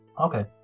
Okay